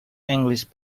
english